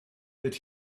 that